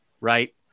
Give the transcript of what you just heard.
Right